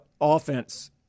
offense